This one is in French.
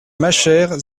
machère